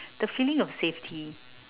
the feeling of safety